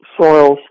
soils